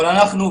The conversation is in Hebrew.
אבל אנחנו,